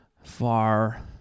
Far